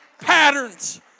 Patterns